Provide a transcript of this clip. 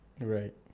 Right